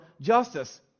justice